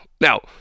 now